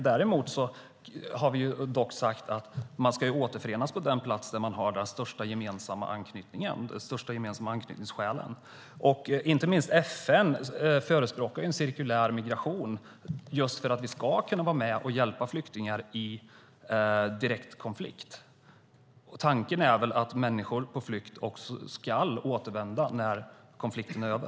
Däremot har vi sagt att man ska återförenas på den plats där man har de största gemensamma anknytningsskälen. Inte minst FN förespråkar en cirkulär migration just för att vi ska kunna vara med och hjälpa flyktingar i direkt konflikt. Tanken är att människor på flykt också ska återvända när konflikten är över.